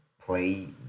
play